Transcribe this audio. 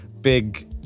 big